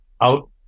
out